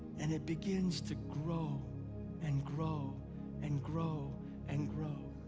and it begins to grow and grow and grow and grow.